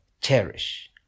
cherish